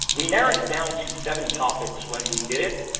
we narrowed it down to seven topics when we did it,